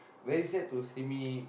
very sad to see me